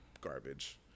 garbage